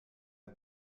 der